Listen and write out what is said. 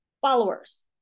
followers